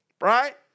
right